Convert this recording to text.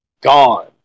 gone